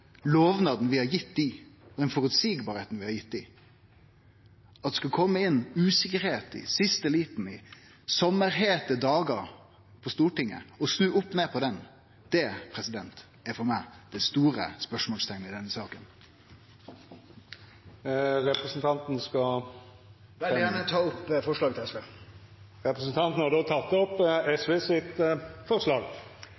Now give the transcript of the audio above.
gitt dei. At det skulle kome inn usikkerheit i siste liten – på sumarheite dagar på Stortinget – og snu opp ned på dette, er for meg det store spørsmålet i denne saka. Eg vil gjerne ta opp forslaget til SV. Representanten Torgeir Knag Fylkesnes har teke opp